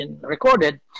recorded